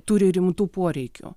turi rimtų poreikių